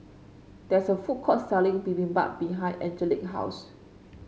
there is a food court selling Bibimbap behind Angelic house